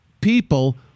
people